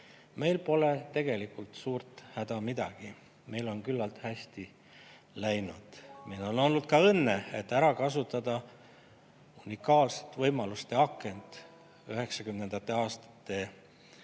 Meil pole tegelikult suurt häda midagi, meil on läinud küllaltki hästi. Meil on olnud ka õnne, et ära kasutada unikaalset võimaluste akent 1990. aastate alguses